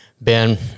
Ben